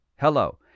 Hello